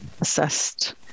assessed